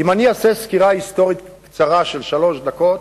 אם אני אעשה סקירה היסטורית קצרה של שלוש דקות,